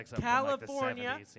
California